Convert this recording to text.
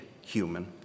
human